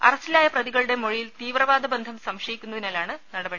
അറസ്റ്റിലായ പ്രതികളുടെ മൊഴിയിൽ തീവ്രവാദബന്ധം സംശയിക്കു ന്നതിനാലാണ് നടപടി